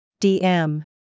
DM